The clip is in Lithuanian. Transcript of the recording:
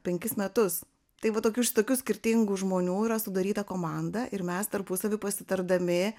penkis metus tai va tokių iš tokių skirtingų žmonių yra sudaryta komanda ir mes tarpusavy pasitardami